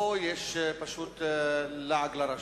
יש פה פשוט לעג לרש,